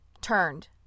turned